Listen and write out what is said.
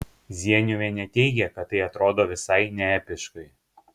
zieniuvienė teigia kad tai atrodo visai neepiškai